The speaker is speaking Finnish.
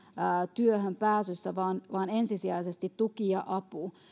työhön pääsyssä vaan vaan ensisijaisesti tuki ja apu